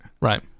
right